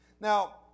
Now